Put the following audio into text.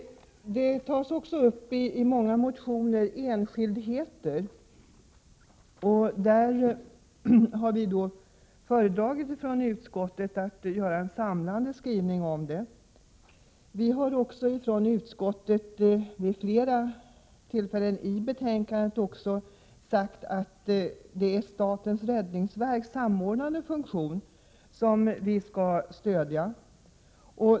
Man tar i många motioner upp enskildheter på olika punkter som vi i utskottet har föredragit att göra en samlande skrivning om. Vi har vid flera tillfällen i utskottet, och även i betänkandet, framhållit att det är statens räddningsverks samordnande funktion som vi skall stödja.